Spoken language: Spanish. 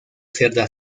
cerda